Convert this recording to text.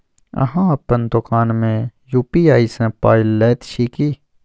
अहाँ अपन दोकान मे यू.पी.आई सँ पाय लैत छी की?